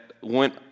went